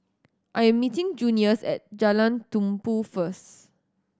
I am meeting Junius at Jalan Tumpu first